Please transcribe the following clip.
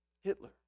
Hitler